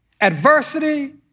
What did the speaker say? adversity